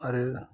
आरो